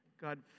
God